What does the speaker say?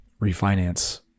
refinance